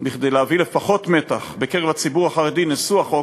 כדי להביא לפחות מתח בקרב הציבור החרדי נשוא החוק,